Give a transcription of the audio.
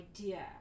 idea